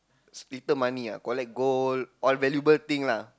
is little money ah collect gold all valuable thing lah